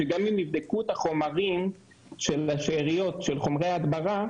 שגם אם יבדקו את שאריות החומרים של חומרי ההדברה,